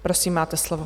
Prosím, máte slovo.